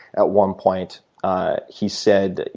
at one point he said,